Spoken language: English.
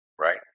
Right